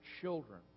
children